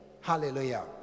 hallelujah